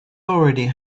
already